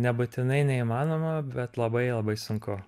nebūtinai neįmanoma bet labai labai sunku